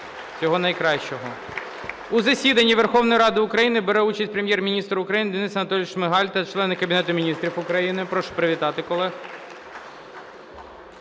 У засіданні Верховної Ради України бере участь Прем'єр-міністр України Денис Анатолійович Шмигаль та члени Кабінету Міністрів України. Прошу привітати колег.